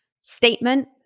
Statement